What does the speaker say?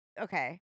okay